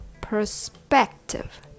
Perspective